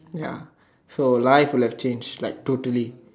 ya so life would have change like two three